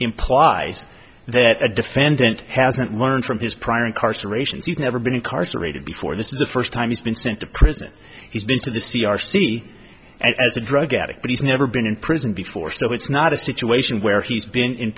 implies that the defendant hasn't learned from his prior incarcerations he's never been incarcerated before this is the first time he's been sent to prison he's been to the c r c as a drug addict but he's never been in prison before so it's not a situation where he's been in